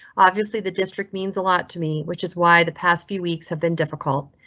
obviously, the district means a lot to me, which is why the past few weeks have been difficult.